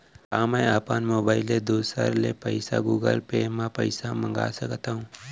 का मैं अपन मोबाइल ले दूसर ले पइसा गूगल पे म पइसा मंगा सकथव?